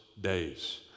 days